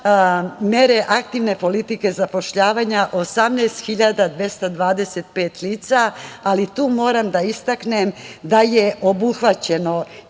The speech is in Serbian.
mere aktivne politike zapošljavanja 18.225 lica, ali tu moram da istaknem da je obuhvaćeno